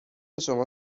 شما